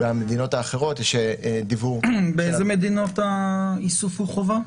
במדינות האחרות יש דיוור --- באיזה מדינות האיסוף הוא חובה?